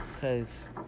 Cause